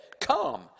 Come